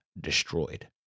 destroyed